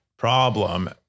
problem